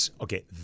Okay